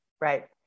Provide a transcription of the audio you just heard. Right